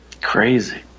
Crazy